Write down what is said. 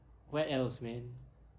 what else man